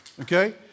Okay